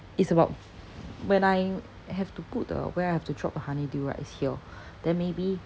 is about when I have to put the where I have to drop the honeydew right it's here then maybe